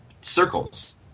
circles